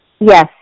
Yes